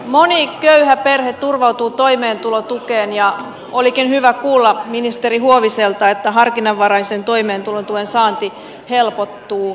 moni köyhä perhe turvautuu toimeentulotukeen ja olikin hyvä kuulla ministeri huoviselta että harkinnanvaraisen toimeentulotuen saanti helpottuu